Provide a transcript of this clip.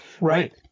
right